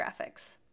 graphics